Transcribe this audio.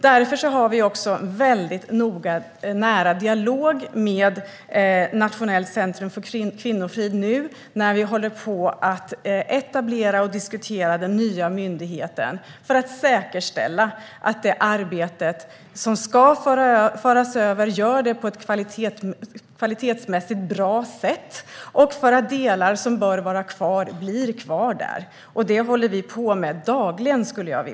Därför har vi också en nära dialog med Nationellt centrum för kvinnofrid när vi nu håller på att etablera och diskutera den nya myndigheten - detta för att säkerställa att det arbetet utförs på ett kvalitetsmässigt bra sätt. Det gäller också de delar som bör vara kvar där. Jag skulle vilja säga att vi håller på med det dagligen.